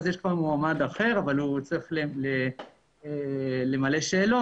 יש מועמד אחר שצריך למלא שאלון,